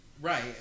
Right